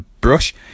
brush